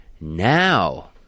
now